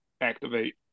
activate